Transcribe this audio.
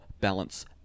balance